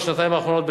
בשנתיים האחרונות,